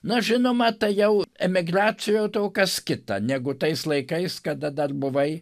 na žinoma tai jau emigracijoj to kas kita negu tais laikais kada dar buvai